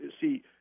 see